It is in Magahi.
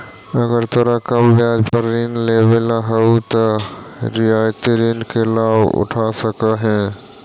अगर तोरा कम ब्याज पर ऋण लेवेला हउ त रियायती ऋण के लाभ उठा सकऽ हें